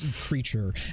creature